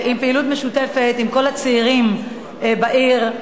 פעילות משותפת עם כל הצעירים בעיר.